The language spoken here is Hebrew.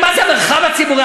מה זה "המרחב הציבורי"?